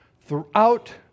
throughout